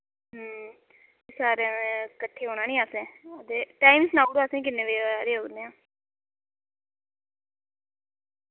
सारे कट्ठे औना नी असैं ते टाइम सनाऊड़ो असें किन्ने बजे हारे औने आं